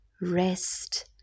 rest